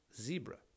zebra